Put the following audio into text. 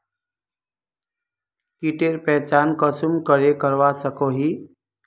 कीटेर पहचान कुंसम करे करवा सको ही?